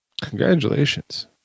Congratulations